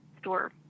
store